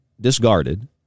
discarded